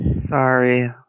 Sorry